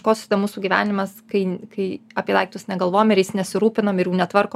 ko susideda mūsų gyvenimas kai n kai apie daiktus negalvojam ir jais nesirūpinam ir jų netvarkom